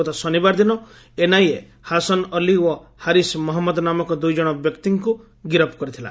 ଗତ ଶନିବାର ଦିନ ଏନ୍ଆଇଏ ହାସନ ଅଲ୍ଲି ଓ ହାରିସ୍ ମହମ୍ମଦ ନାମକ ଦୁଇ ଜଣ ବ୍ୟକ୍ତିଙ୍କୁ ଗିରଫ୍ କରିଥିଲା